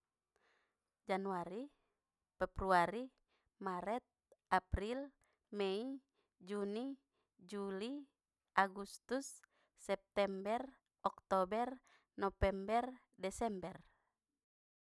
Januari februari maret april mei juni juli agustus september oktober november desember.